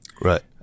right